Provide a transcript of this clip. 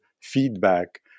feedback